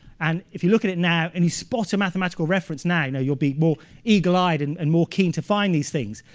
and if you look at it now and you spot a mathematical reference now, you know, you'll be more eagle-eyed and and more keen to find these things.